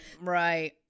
right